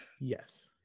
yes